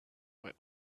while